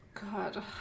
god